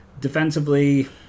Defensively